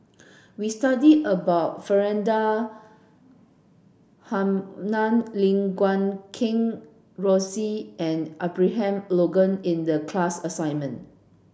we studied about Faridah Hanum Lim Guat Kheng Rosie and Abraham Logan in the class assignment